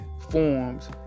forms